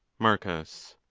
marcus.